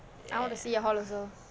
I want to see your hall also